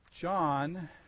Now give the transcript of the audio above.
John